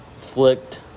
flicked